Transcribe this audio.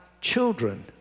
children